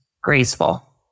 graceful